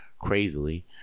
Crazily